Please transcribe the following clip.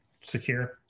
secure